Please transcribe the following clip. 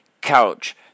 Couch